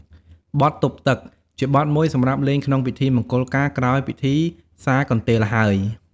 បទទប់ទឹក ជាបទមួយសម្រាប់លេងក្នុងពិធីមង្គលការ ក្រោយពិធីសាកន្ទេលហើយ។